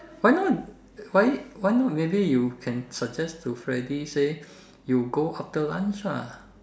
why not why why not maybe you can suggest to Fredy say you go after lunch lah